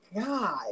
God